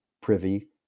privy